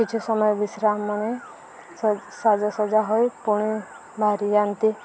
କିଛି ସମୟ ବିଶ୍ରାମମାନେ ସାଜାସଜା ହୋଇ ପୁଣି ବାହାରି ଯାଆନ୍ତି